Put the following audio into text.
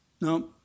No